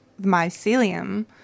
mycelium